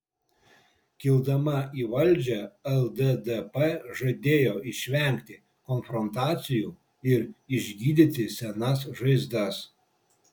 kildama į valdžią lddp žadėjo išvengti konfrontacijų ir išgydyti senas žaizdas